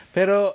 Pero